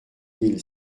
mille